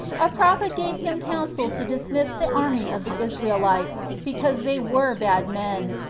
a prophet gave him counsel to dismiss the army of the israelites, because they were bad men,